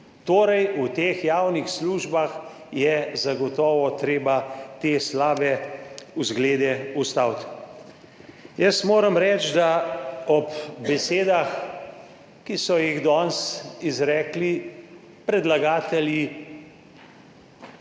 Torej, v teh javnih službah je zagotovo treba ustaviti te slabe vzglede. Jaz moram reči, da ti ob besedah ki so jih danes izrekli predlagatelji,